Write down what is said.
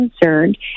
concerned